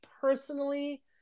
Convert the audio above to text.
personally